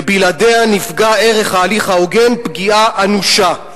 ובלעדיה נפגע ערך ההליך ההוגן פגיעה אנושה".